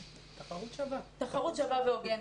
תחרות שווה והוגנת.